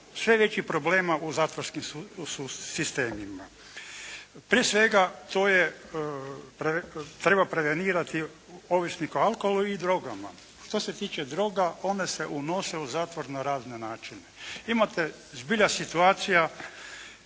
sve većih problema u zatvorskim sistemima. Prije svega, treba prevenirati ovisnike o alkoholu i drogama. Što se tiče droga one se unose u zatvor na razne načine. Imate zbilja situacija